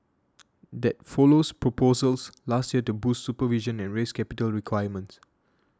that follows proposals last year to boost supervision and raise capital requirements